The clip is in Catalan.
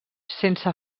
sense